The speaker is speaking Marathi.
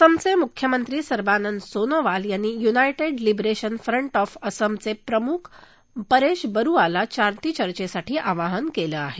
असमचे मुख्यमंत्री सर्वानंद सोनोवाल यांनी युनायटेड लिबरेशन फ्रंट ऑफ असमचे प्रमुख परेश बरुआला शांती चर्चेसाठी आवाहन केलं आहे